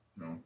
No